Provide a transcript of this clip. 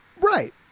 Right